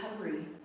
recovery